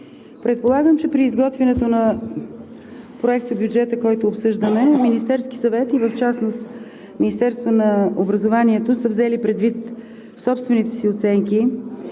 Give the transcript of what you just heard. Предполагам, че при изготвянето на проектобюджета, който обсъждаме, Министерският съвет и в частност Министерството на образованието са взели предвид собствените си оценки,